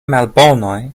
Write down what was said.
malbonoj